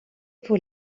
pour